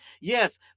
yes